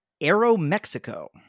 Aero-Mexico